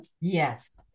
Yes